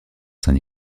saint